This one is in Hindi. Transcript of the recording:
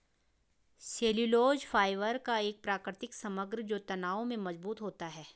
सेल्यूलोज फाइबर का एक प्राकृतिक समग्र जो तनाव में मजबूत होता है